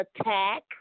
attack